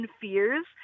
fears